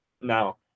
No